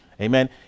Amen